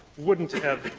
wouldn't have,